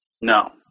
No